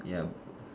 ya